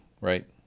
right